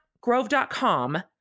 grove.com